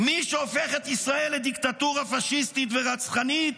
מי שהופך את ישראל לדיקטטורה פשיסטית ורצחנית,